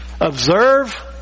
Observe